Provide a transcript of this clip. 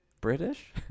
British